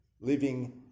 living